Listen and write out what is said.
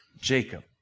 Jacob